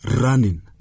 running